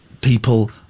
people